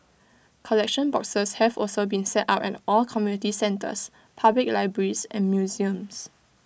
collection boxes have also been set up at all community centres public libraries and museums